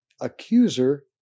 accuser